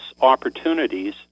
opportunities